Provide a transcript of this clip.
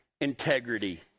integrity